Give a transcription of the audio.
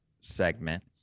segment